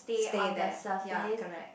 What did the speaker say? stay there ya correct